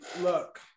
Look